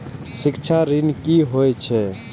शिक्षा ऋण की होय छै?